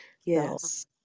Yes